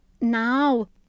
now